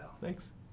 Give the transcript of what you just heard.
Thanks